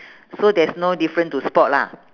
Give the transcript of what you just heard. so there's no different to spot lah